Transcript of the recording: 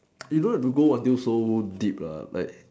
you don't have to go until so deep lah like